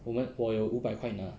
我们我有五百块拿